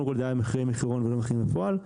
כל אלה היו מחירי מחירון ולא מחירים בפועל.